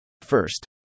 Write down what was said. First